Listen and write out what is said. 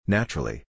Naturally